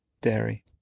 dairy